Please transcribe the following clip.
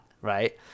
right